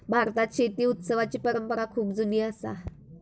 भारतात शेती उत्सवाची परंपरा खूप जुनी असा